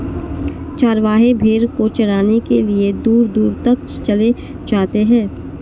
चरवाहे भेड़ को चराने के लिए दूर दूर तक चले जाते हैं